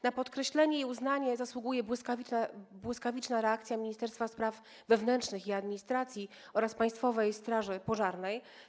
Na podkreślenie i uznanie zasługuje błyskawiczna reakcja Ministerstwa Spraw Wewnętrznych i Administracji oraz Państwowej Straży Pożarnej.